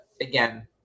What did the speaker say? again